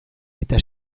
eta